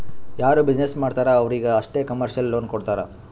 ಯಾರು ಬಿಸಿನ್ನೆಸ್ ಮಾಡ್ತಾರ್ ಅವ್ರಿಗ ಅಷ್ಟೇ ಕಮರ್ಶಿಯಲ್ ಲೋನ್ ಕೊಡ್ತಾರ್